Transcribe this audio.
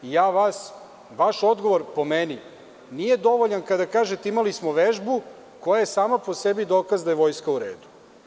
Vaš odgovor, po meni, nije dovoljan kada kažete – imali smo vežbu, koja je sama po sebi dokaz da je vojska u redu.